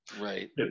right